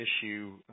issue